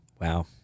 Wow